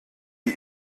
die